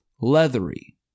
Leathery